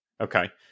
Okay